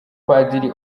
padiri